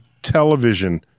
television